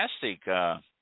Fantastic